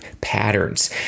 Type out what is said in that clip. patterns